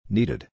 Needed